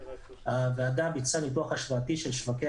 הוועדה ביצעה ניתוח השוואתי של שווקי